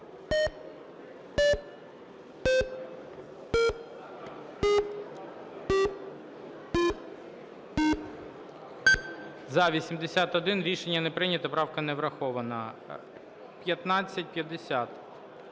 За-81 Рішення не прийнято. Правка не врахована. 1550.